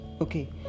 Okay